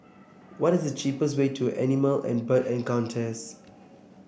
what the cheapest way to Animal and Bird Encounters